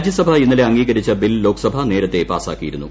രാജ്യസഭ ഇന്നലെ അംഗീകരിച്ച ബിൽ ലോക്സഭ നേരത്തേ പാസ്സാക്കി യിരുന്നു